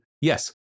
yes